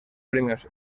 premios